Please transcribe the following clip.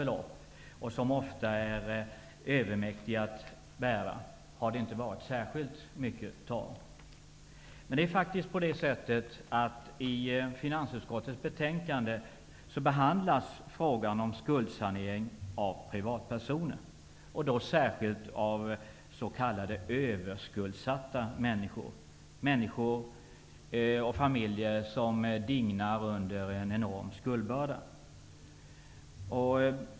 De skulder som är dem övermäktiga att bära kan gälla betydligt mindre belopp. I finansutskottets betänkande behandlas faktiskt frågan om skuldsanering av privatpersoner, och då särskilt av s.k. överskuldsatta människor, människor och familjer som dignar under en enorm skuldbörda.